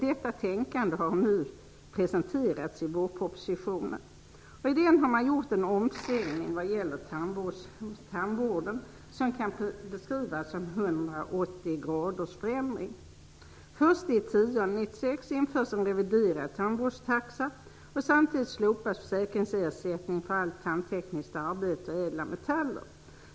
Detta tänkande har nu presenterats i vårpropositionen. I den har man gjort en omsvängning vad gäller tandvården som kan beskrivas som 180o förändring. Den 1 oktober 1996 införs en reviderad tandvårdstaxa, och samtidigt slopas föräkringsersättningen för allt tandtekniskt arbete och ädla metaller.